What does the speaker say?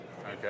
Okay